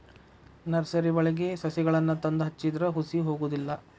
ನರ್ಸರಿವಳಗಿ ಸಸಿಗಳನ್ನಾ ತಂದ ಹಚ್ಚಿದ್ರ ಹುಸಿ ಹೊಗುದಿಲ್ಲಾ